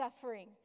suffering